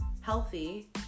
healthy